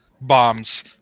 bombs